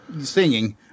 Singing